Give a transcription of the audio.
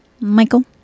Michael